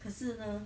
可是呢